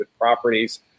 properties